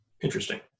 Interesting